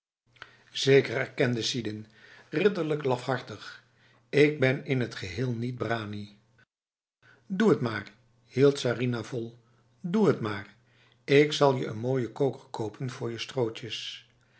zeker erkende sidin ridderlijk lafhartig ik ben in t geheel niet brani doe het maar hield sarinah vol doe het maar ik zal je een mooie koker kopen voor je strootjes